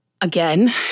again